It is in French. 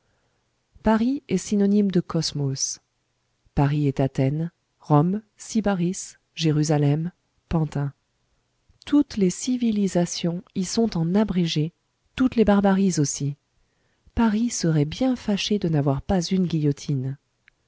paris est synonyme de cosmos paris est athènes rome sybaris jérusalem pantin toutes les civilisations y sont en abrégé toutes les barbaries aussi paris serait bien fâché de n'avoir pas une guillotine